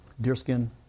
deerskin